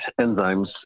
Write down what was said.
enzymes